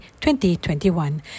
2021